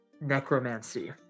necromancy